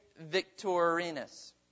Victorinus